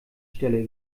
stelle